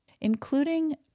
Including